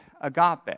agape